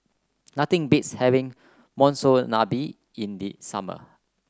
nothing beats having Monsunabe in the summer